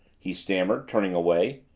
he stammered, turning away.